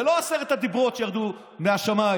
זה לא עשרת הדיברות שירדו מהשמיים.